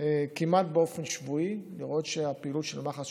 כמעט באופן שבועי, למרות שהפעילות של מח"ש